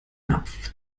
napf